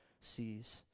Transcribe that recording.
sees